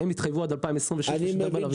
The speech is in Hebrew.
הם התחייבו עד 2026 לשדר בלוויין.